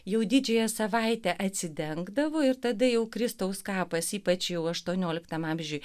jau didžiąją savaitę atsidengdavo ir tada jau kristaus kapas ypač jau aštuonioliktam amžiui